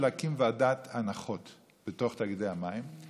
להקים ועדת הנחות בתוך תאגידי המים,